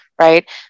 right